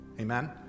Amen